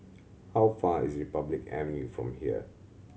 how far is Republic Avenue from here